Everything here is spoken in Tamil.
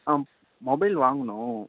ஆ மொபைல் வாங்கணும்